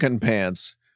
Pants